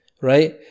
right